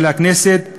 של הכנסת,